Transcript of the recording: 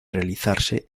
realizarse